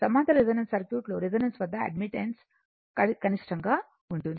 సమాంతర రెసోనెన్స్ సర్క్యూట్లో రెసోనెన్స్ వద్ద అడ్మిటెన్స్ కనిష్టంగా ఉంటుంది